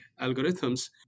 algorithms